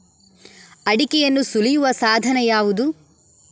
ಅಡಿಕೆಯನ್ನು ಸುಲಿಯುವ ಸಾಧನ ಯಾವುದು?